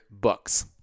books